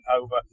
over